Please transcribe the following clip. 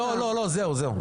זהו.